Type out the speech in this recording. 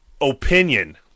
opinion